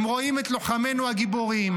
הם רואים את לוחמינו הגיבורים,